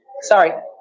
sorry